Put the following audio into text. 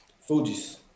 Fuji's